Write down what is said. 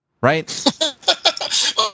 Right